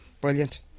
brilliant